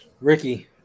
Ricky